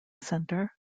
centre